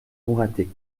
mouratet